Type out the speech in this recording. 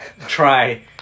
try